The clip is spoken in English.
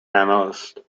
analyst